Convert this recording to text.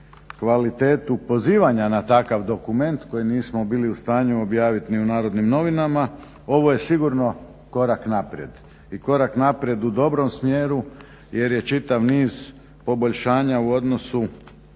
kvalitetu pozivanja na takav dokument koji nismo bili u stanju objaviti ni u NN ovo je sigurno korak naprijed i korak naprijed u dobrom smjeru jer je čitav niz poboljšanja u odnosu